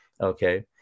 okay